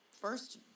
first